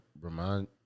remind